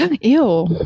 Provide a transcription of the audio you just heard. ew